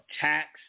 tax